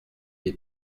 est